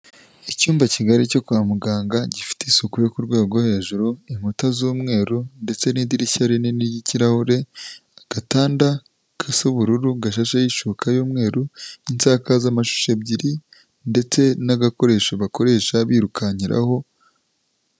Icyumba kigari cyo kwa muganga gifite isuku yo ku rwego rwo hejuru, inkuta z'umweru ndetse n'idirishya rinini ry'ikirahure, agatanda gasa ubururu gashasheho ishuka y'umweru, insakazamashisho ebyiri ndetse n'agakoresho bakoresha birukankiraho.